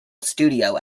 studio